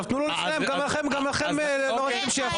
ארבע, כי גם עלייה וקליטה